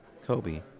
Kobe